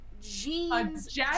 jeans